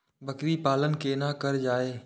बकरी पालन केना कर जाय?